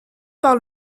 par